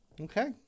Okay